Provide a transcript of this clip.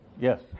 Yes